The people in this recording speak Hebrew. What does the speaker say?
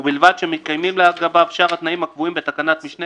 ובלבד שמתקיימים לגביו שאר התנאים הקבועים בתקנת משנה